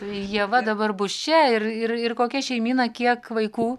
ieva dabar bus čia ir ir kokia šeimyna kiek vaikų